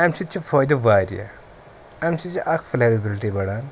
اَمہِ سۭتۍ چھِ فٲیدٕ واریاہ اَمہِ سۭتۍ چھِ اَکھ فٕلٮ۪گزِبِلٹی بَڑان